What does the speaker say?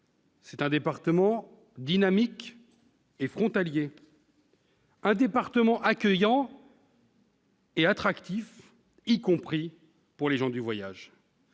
un département dynamique et frontalier, un département accueillant et attractif, y compris pour les gens du voyage.